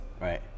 Right